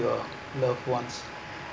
your loved ones